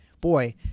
boy